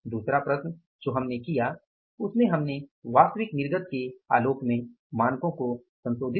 दूसरा प्रश्न जो हमने किया उसमे हमने वास्तविक निर्गत के आलोक में मानकों को संशोधित किया